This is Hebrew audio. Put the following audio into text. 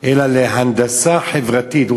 אלא הנדסה חברתית.